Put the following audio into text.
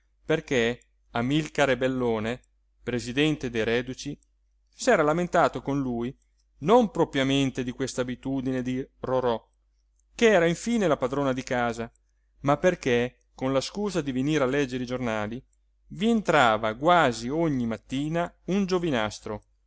perché amilcare bellone presidente dei reduci s'era lamentato con lui non propriamente di quest'abitudine di rorò ch'era infine la padrona di casa ma perché con la scusa di venire a leggere i giornali vi entrava quasi ogni mattina un giovinastro